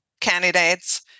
candidates